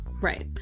Right